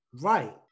Right